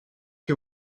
que